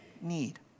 Need